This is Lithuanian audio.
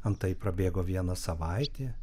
antai prabėgo viena savaitė